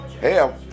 hell